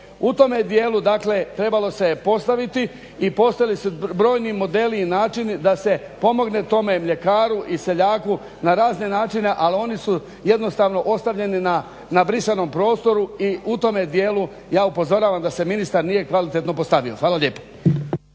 U tome dijelu trebalo se je postaviti i postojali su brojni modeli i načini da se pomogne tome mljekaru i seljaku na razne načine, ali oni su jednostavno ostavljeni na brisanom prostoru i u tome dijelu ja upozoravam da se ministar nije kvalitetno postavio. Hvala lijepo.